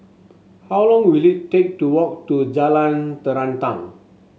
how long will it take to walk to Jalan Terentang